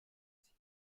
sich